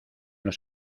los